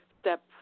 Step